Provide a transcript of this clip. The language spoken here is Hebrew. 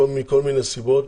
מכל מיני סיבות,